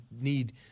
need